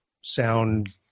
sound